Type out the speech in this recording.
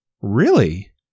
Really